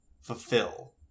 fulfill